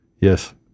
Yes